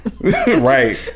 Right